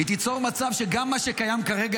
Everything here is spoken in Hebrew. היא תיצור מצב שגם מה שקיים כרגע,